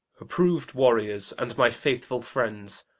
approved warriors and my faithful friends,